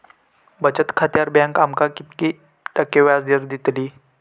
बचत खात्यार बँक आमका किती टक्के व्याजदर देतली?